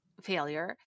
failure